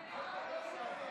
הטיעונים?